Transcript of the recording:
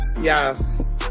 yes